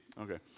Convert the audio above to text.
okay